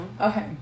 Okay